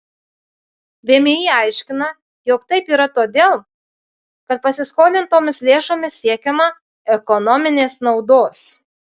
vmi aiškina jog taip yra todėl kad pasiskolintomis lėšomis siekiama ekonominės naudos